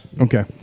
Okay